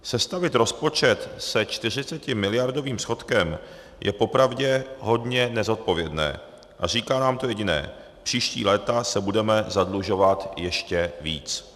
Sestavit rozpočet se 40miliardovým schodkem je popravě hodně nezodpovědné a říká nám to jediné příští léta se budeme zadlužovat ještě víc.